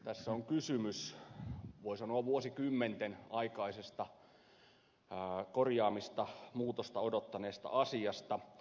tässä on kysymys voi sanoa vuosikymmenten aikaisesta korjaamista muutosta odottaneesta asiasta